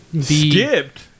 skipped